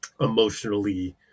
emotionally